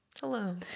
Hello